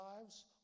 lives